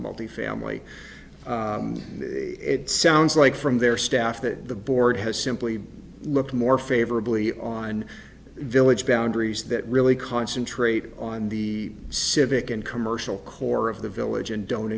multifamily it sounds like from their staff that the board has simply looked more favorably on village boundaries that really concentrate on the civic and commercial core of the village and don't